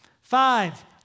Five